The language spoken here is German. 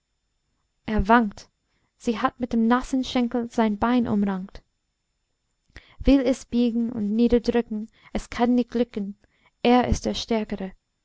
er wankt sie hat mit dem nassen schenkel sein bein umrankt will es biegen und niederdrücken es kann nicht glücken er ist der stärkere